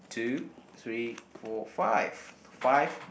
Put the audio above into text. two three four five five